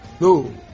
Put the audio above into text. No